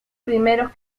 primeros